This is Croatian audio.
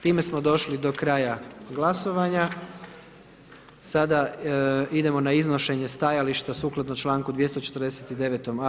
Time smo došli do kraja glasovanja, sada idemo na iznošenje stajališta sukladno članku 249.